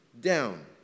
Down